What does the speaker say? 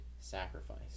sacrifice